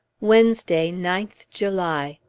wednesday, ninth july.